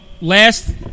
last